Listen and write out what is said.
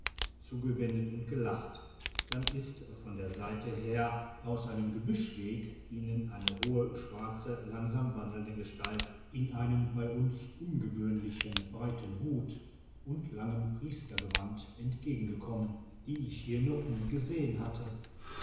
zurückgewendet und gelacht dann ist von der seite her aus einem gebüschweg ihnen eine hohe schwarze langsam wandelnde gestalt in einem bei uns ungewöhnlichen breiten hut und langem priestergewand entgegengekommen die ich hier noch nie gesehen hatte